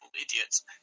idiots